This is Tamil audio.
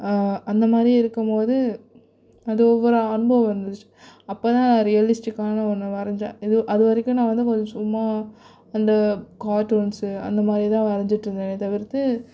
அந்த மாதிரி இருக்கும்போது அது ஒவ்வொரு அனுபவம் வந்துச்சு அப்போ தான் ரியலிஸ்டிக்கான ஒன்றை வரைஞ்சேன் இது அது வரைக்கும் நான் வந்து கொஞ்சம் சும்மா அந்த கார்ட்டூன்ஸு அந்த மாதிரி தான் வரைஞ்சிட்ருந்தேனே தவிர்த்து